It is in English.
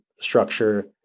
structure